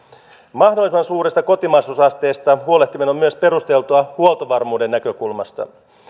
mahdollisimman suuresta kotimaisuusasteesta huolehtiminen on myös perusteltua huoltovarmuuden näkökulmasta